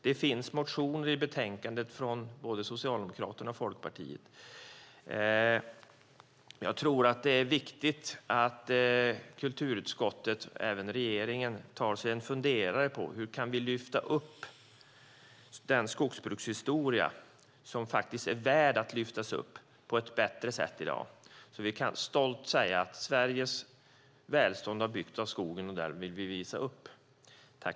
Det finns motioner om detta i betänkandet från både Socialdemokraterna och Folkpartiet. Det är viktigt att kulturutskottet och även regeringen tar sig en funderare på hur vi kan lyfta fram den skogsbrukshistoria som är värd att lyftas fram på ett bättre sätt, så att vi stolt kan säga att Sveriges välstånd har byggts av skogen och att vi vill visa upp det.